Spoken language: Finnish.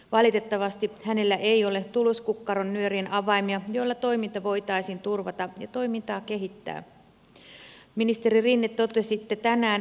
valitettavasti hänellä ei ole tuluskukkaron nyörien avaimia joilla toiminta voitaisiin turvata ja toimintaa kehittää